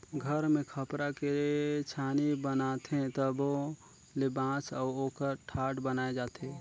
घर मे खपरा के छानी बनाथे तबो ले बांस अउ ओकर ठाठ बनाये जाथे